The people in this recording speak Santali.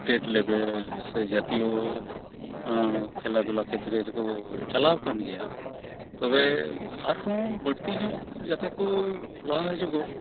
ᱥᱴᱮᱴ ᱞᱮᱵᱮᱞ ᱥᱮ ᱡᱟᱛᱤᱭᱚ ᱠᱷᱮᱞᱟᱼᱫᱷᱩᱞᱟ ᱠᱷᱮᱛᱨᱮ ᱨᱮᱠᱚ ᱪᱟᱞᱟᱣᱟᱠᱟᱱ ᱜᱮᱭᱟ ᱛᱚᱵᱮ ᱟᱨᱦᱚᱸ ᱵᱟᱹᱲᱛᱤᱧᱚᱜ ᱡᱟᱛᱮᱠᱚ ᱞᱟᱦᱟ ᱦᱤᱡᱩᱜᱚᱜ